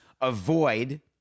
avoid